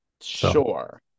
Sure